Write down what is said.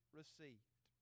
received